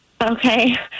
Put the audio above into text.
okay